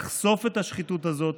לחשוף את השחיתות הזאת